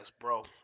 bro